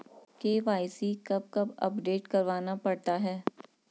KYC कब कब update करवाना पड़ता है?